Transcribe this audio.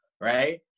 right